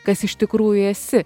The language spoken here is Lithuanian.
kas iš tikrųjų esi